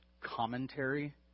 commentary